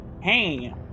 hey